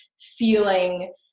feeling